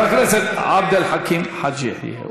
חבר הכנסת עבד אל חכים חאג' יחיא,